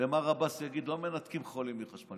ומר עבאס יגיד: לא מנתקים חולים מחשמל,